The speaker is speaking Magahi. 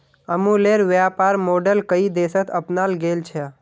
अमूलेर व्यापर मॉडल कई देशत अपनाल गेल छ